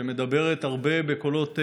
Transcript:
שמדברת הרבה בקולות ימין,